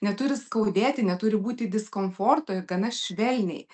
neturi skaudėti neturi būti diskomforto ir gana švelniai